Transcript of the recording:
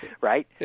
right